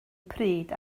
pryd